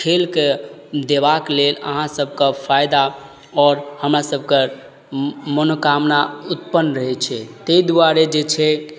खेलके देबाक लेल अहाँ सबके फायदा आओर हमरा सबके मनोकामना उत्पन्न रहय छै तै दुआरे जे छै